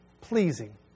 pleasing